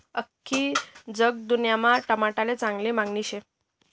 आख्खी जगदुन्यामा टमाटाले चांगली मांगनी शे